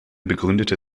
begründete